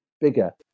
bigger